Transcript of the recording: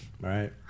Right